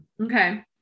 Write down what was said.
Okay